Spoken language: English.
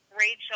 Rachel